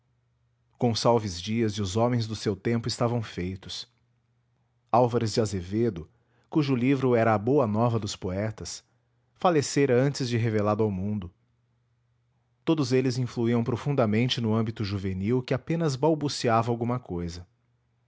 gonçalves dias e os homens do seu tempo estavam feitos álvares de azevedo cujo livro era a boa nova dos poetas falecera antes de revelado ao mundo todos eles influíam profundamente no ânimo juvenil que apenas balbuciava alguma cousa